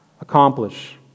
accomplish